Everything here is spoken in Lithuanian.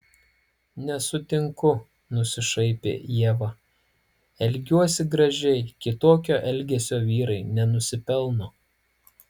nesutinku nusišaipė ieva elgiuosi gražiai kitokio elgesio vyrai nenusipelno